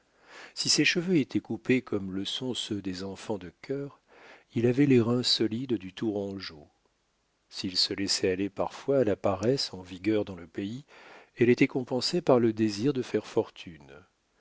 si ses cheveux étaient coupés comme le sont ceux des enfants de chœur il avait les reins solides du tourangeau s'il se laissait aller parfois à la paresse en vigueur dans le pays elle était compensée par le désir de faire fortune